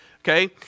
okay